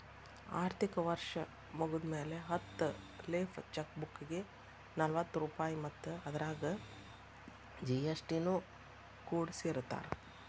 ಆರ್ಥಿಕ ವರ್ಷ್ ಮುಗ್ದ್ಮ್ಯಾಲೆ ಹತ್ತ ಲೇಫ್ ಚೆಕ್ ಬುಕ್ಗೆ ನಲವತ್ತ ರೂಪಾಯ್ ಮತ್ತ ಅದರಾಗ ಜಿ.ಎಸ್.ಟಿ ನು ಕೂಡಸಿರತಾರ